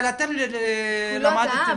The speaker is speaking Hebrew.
אבל אתם --- הוא לא טעה,